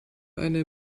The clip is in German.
eine